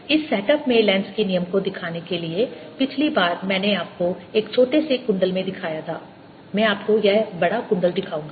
इस सेटअप में लेंज़ के नियम Lenz's law को दिखाने के लिए पिछली बार मैंने आपको एक छोटे से कुंडल में दिखाया था मैं आपको यह बड़ा कुंडल दिखाऊंगा